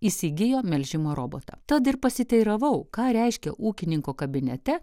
įsigijo melžimo robotą tad ir pasiteiravau ką reiškia ūkininko kabinete